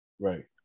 right